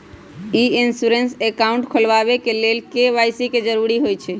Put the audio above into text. ई insurance account खोलबाबे के लेल के.वाई.सी के जरूरी होइ छै